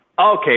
Okay